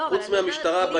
חוץ מהמשטרה.